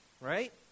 right